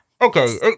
Okay